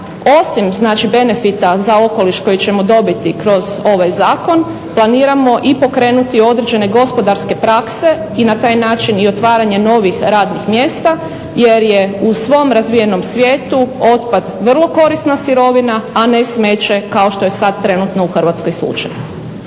osim, znači benefita za okoliš koji ćemo dobiti kroz ovaj Zakon planiramo i pokrenuti određene gospodarske prakse i na taj način i otvaranje novih radnih mjesta jer je u svom razvijenom svijetu otpad vrlo korisna sirovina a ne smeće kao što je sad trenutno u Hrvatskoj slučaj.